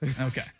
Okay